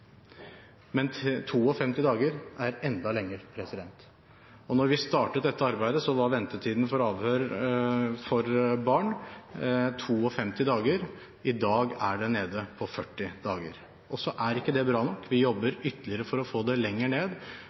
Men 52 dager er enda lenger. Da vi startet dette arbeidet, var ventetiden for avhør av barn 52 dager, i dag er den nede på 40 dager. Så er ikke det bra nok, vi jobber ytterligere for å få den lenger ned,